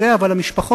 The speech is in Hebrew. והממשלה, בצדק,